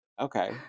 okay